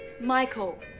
Michael